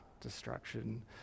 destruction